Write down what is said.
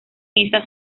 esa